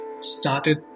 started